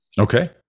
Okay